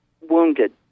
wounded